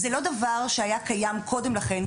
זה לא דבר שהיה קיים קודם לכן,